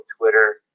Twitter